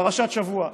בפרשת השבוע.